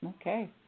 Okay